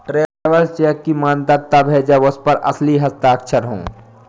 travellers cheque की मान्यता तब है जब उस पर असली हस्ताक्षर हो